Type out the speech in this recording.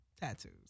tattoos